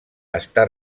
està